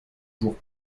jours